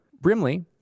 brimley